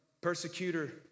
persecutor